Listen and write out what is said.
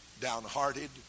downhearted